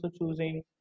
choosing